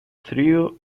trio